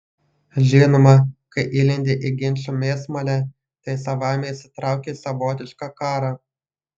žinoma kai įlendi į ginčų mėsmalę tai savaime įsitrauki į savotišką karą